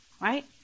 right